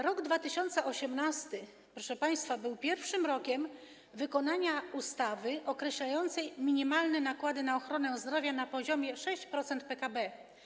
Rok 2018, proszę państwa, był pierwszym rokiem wykonania ustawy określającej minimalne nakłady na ochronę zdrowia na poziome 6% PKB.